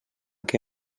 que